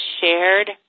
shared